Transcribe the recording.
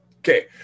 Okay